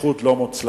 איחוד לא מוצלח,